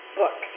book